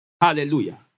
Hallelujah